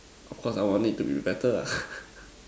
of course I would want it to be better ah